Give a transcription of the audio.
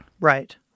Right